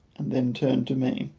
and then turned to me.